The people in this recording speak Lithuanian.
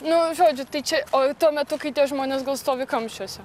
nu žodžiu tai čia o tuo metu kai tie žmonės gal stovi kamščiuose